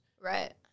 Right